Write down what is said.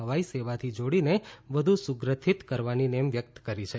હવાઈ સેવાથી જોડીને વધુ સુગ્રથિત કરવાની નેમ વ્યકત કરી છે